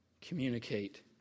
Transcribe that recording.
communicate